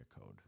code